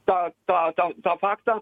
tą tą tau tą faktą